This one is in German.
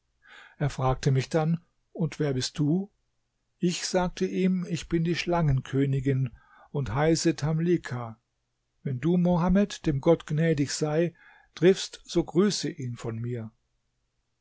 er fragte mich dann und wer bist du ich sagte ihm ich bin die schlangenkönigin und heiße tamlicha wenn du mohammed dem gott gnädig sei triffst so grüße ihn von mir